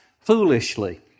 foolishly